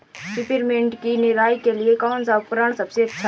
Peppermint की निराई के लिए कौन सा उपकरण सबसे अच्छा है?